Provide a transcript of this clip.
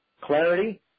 clarity